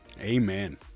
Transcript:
Amen